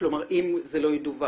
אם הוא לא ידווח.